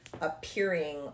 appearing